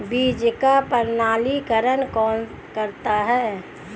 बीज का प्रमाणीकरण कौन करता है?